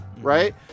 right